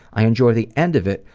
i enjoy the end of it,